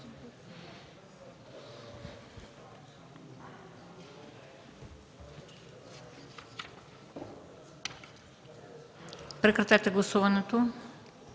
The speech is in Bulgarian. Прекратете гласуването!